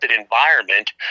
environment